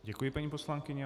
Děkuji, paní poslankyně.